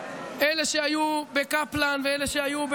אלה שהיו בקפלן ואלה שהיו,